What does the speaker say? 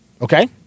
Okay